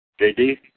JD